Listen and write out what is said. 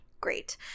great